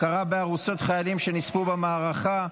(הכרה בארוסות חיילים שנספו במערכה),